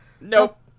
Nope